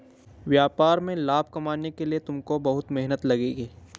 व्यापार में लाभ कमाने के लिए तुमको बहुत मेहनत लगेगी